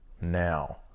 now